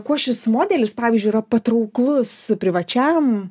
kuo šis modelis pavyzdžiui yra patrauklus privačiam